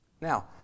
Now